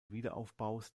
wiederaufbaus